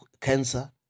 cancer